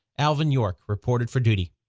alvin york reported for duty.